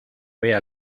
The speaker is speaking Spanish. vea